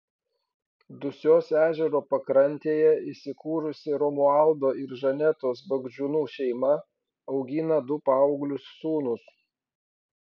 dusios ežero pakrantėje įsikūrusi romualdo ir žanetos bagdžiūnų šeima augina du paauglius sūnus